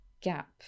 gap